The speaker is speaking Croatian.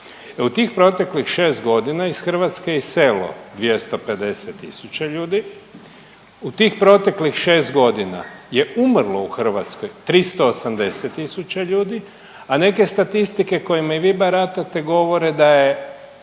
U tih proteklih 6 godina iz Hrvatske je iselilo 250 tisuća ljudi. U tih proteklih 6 godina je umrlo u Hrvatskoj 380 tisuća ljudi, a neke statistike kojima i vi baratate govore da je